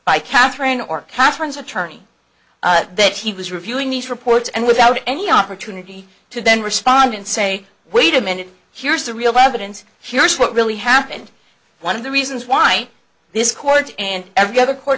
or katherine's attorney that he was reviewing these reports and without any opportunity to then respond and say wait a minute here's the real evidence here's what really happened one of the reasons why this court and every other court